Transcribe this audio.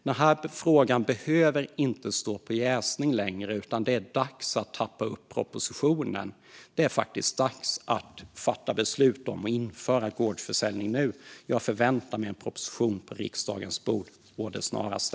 Den här frågan behöver inte stå på jäsning längre, utan det är dags att tappa upp propositionen. Det är faktiskt dags att fatta beslut om att införa gårdsförsäljning nu. Jag förväntar mig en proposition på riksdagens bord å det snaraste.